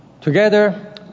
Together